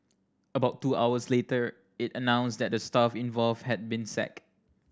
about two hours later it announced that the staff involved had been sacked